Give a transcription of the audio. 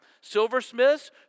Silversmiths